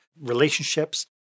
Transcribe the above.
relationships